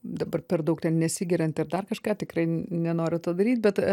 dabar per daug ten nesigiriant ir dar kažką tikrai nenoriu to daryt bet